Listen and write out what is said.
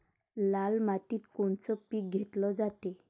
लाल मातीत कोनचं पीक घेतलं जाते?